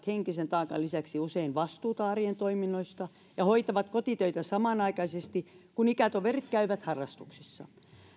henkisen taakan lisäksi usein vastuuta arjen toiminnoista ja hoitavat kotitöitä samanaikaisesti kun ikätoverit käyvät harrastuksissa